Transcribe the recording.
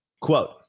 quote